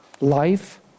life